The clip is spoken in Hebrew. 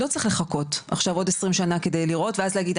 לא צריך לחכות עכשיו עוד עשרים שנה כדי לראות ואז להגיד,